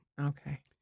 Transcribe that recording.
Okay